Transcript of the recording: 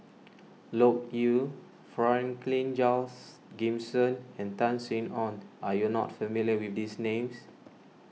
Loke Yew Franklin Charles Gimson and Tan Sin Aun are you not familiar with these names